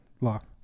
lock